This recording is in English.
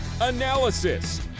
analysis